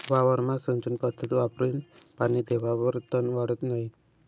वावरमा सिंचन पध्दत वापरीन पानी देवावर तन वाढत नै